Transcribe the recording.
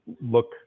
look